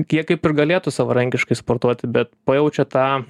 jie kaip ir galėtų savarankiškai sportuoti bet pajaučia tą